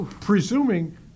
presuming